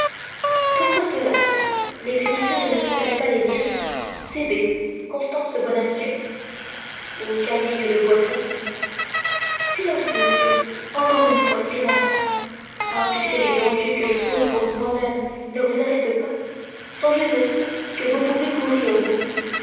pourquoi cela les initiales ne sont-elles pas les miennes c b constance bonacieux ou camille de bois tracy silence monsieur encore une fois silence ah puisque les dangers que je cours pour moi-même ne vous arrêtent pas songez à ceux que vous pouvez courir vous